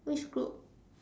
which group